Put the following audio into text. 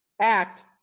act